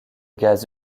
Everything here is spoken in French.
gaz